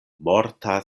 morta